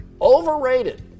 overrated